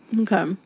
okay